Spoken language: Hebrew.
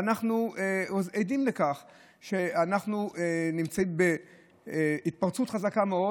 ואנחנו עדים לכך שאנחנו נמצאים בהתפרצות חזקה מאוד,